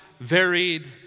varied